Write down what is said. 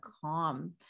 calm